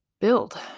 build